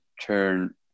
turn